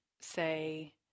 say